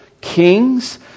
kings